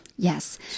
Yes